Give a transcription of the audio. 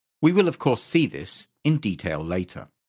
we will of course see this in detail later.